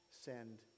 send